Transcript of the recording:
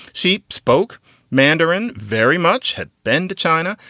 she spoke mandarin very much had been to china.